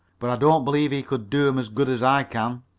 but i don't believe he could do em as good as i can.